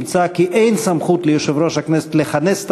נמצא כי אין סמכות ליושב-ראש לכנס את